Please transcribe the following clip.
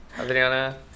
Adriana